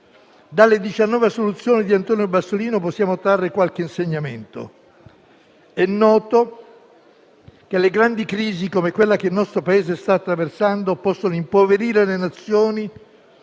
Dalle 19 assoluzioni di Antonio Bassolino possiamo trarre qualche insegnamento. È noto che le grandi crisi, come quella che il nostro Paese sta attraversando, possono impoverire le Nazioni